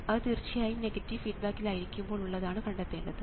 അത് തീർച്ചയായും നെഗറ്റീവ് ഫീഡ്ബാക്കിൽ ആയിരിക്കുമ്പോൾ ഉള്ളതാണ് കണ്ടെത്തേണ്ടത്